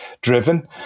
driven